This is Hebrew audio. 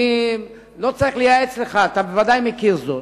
אני לא צריך לייעץ לך, אתה בוודאי מכיר זאת.